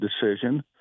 decision